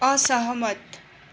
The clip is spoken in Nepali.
असहमत